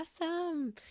awesome